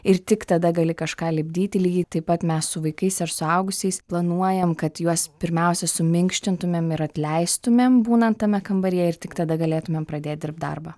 ir tik tada gali kažką lipdyti lygiai taip pat mes su vaikais ir suaugusiais planuojam kad juos pirmiausia suminkštintumėm ir atleistumėm būnant tame kambaryje ir tik tada galėtumėm pradėt dirbt darbą